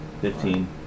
Fifteen